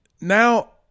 now